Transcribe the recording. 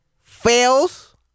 fails